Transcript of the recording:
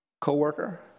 co-worker